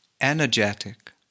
energetic